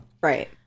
right